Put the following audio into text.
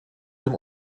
dem